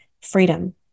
freedom